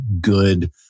good